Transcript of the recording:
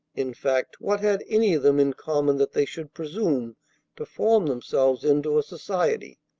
in fact, what had any of them in common that they should presume to form themselves into a society?